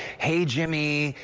hey, jimmy,